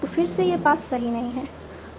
तो फिर से यह पाथ सही नहीं है